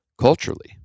culturally